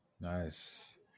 Nice